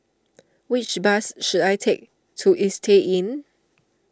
which bus should I take to Istay Inn